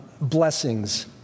blessings